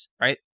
right